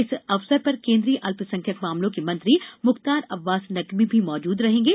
इस अवसर पर केन्द्रीय अल्प संख्यक मामलों के मंत्री मुख्तार अब्बास नकबी भी मौजूद रहेंगे